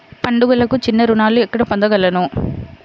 పండుగలకు చిన్న రుణాలు ఎక్కడ పొందగలను?